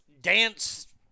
dance